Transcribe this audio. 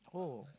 oh